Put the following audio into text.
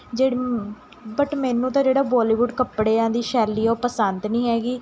ਜਿ ਬਟ ਮੈਨੂੰ ਤਾਂ ਜਿਹੜਾ ਬੋਲੀਵੁੱਡ ਕੱਪੜਿਆਂ ਦੀ ਸ਼ੈਲੀ ਹੈ ਉਹ ਪਸੰਦ ਨਹੀਂ ਹੈਗੀ